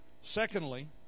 secondly